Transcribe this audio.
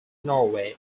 norway